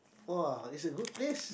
[wah] is a good place